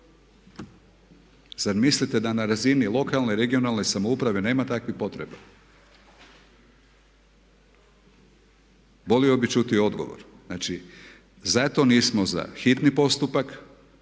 Zar mislite da na razini lokalne i regionalne samouprave nema takvih potreba? Volio bih čuti odgovor. Znači, zato nismo za hitni postupak